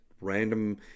random